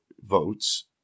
votes